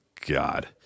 God